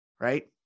right